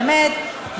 באמת,